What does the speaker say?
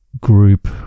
group